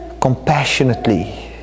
compassionately